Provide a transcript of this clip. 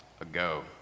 ago